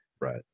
Right